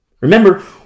Remember